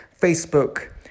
Facebook